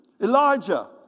Elijah